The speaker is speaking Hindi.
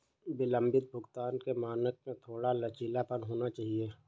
विलंबित भुगतान के मानक में थोड़ा लचीलापन होना चाहिए